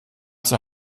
zur